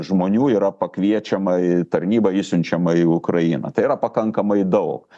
žmonių yra pakviečiama į tarnybą išsiunčiama į ukrainą tai yra pakankamai daug